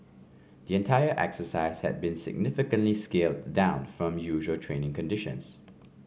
the entire exercise had been significantly scaled down from usual training conditions